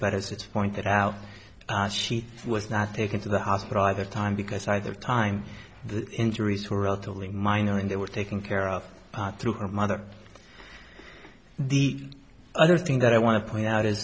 but as it pointed out she was not taken to the hospital either time because either time the injuries were relatively minor and they were taken care of through her mother or the other thing that i want to point out is